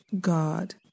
God